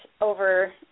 over